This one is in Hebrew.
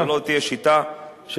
זאת לא תהיה שיטה שבאים,